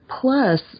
Plus